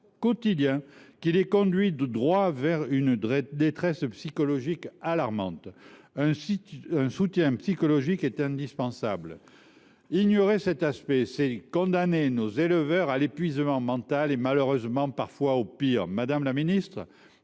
quotidien qui les conduisent tout droit vers une détresse psychologique alarmante. Un soutien psychologique est indispensable. Ignorer cet aspect, c’est condamner nos éleveurs à l’épuisement mental et même parfois, malheureusement, au pire. Madame la ministre,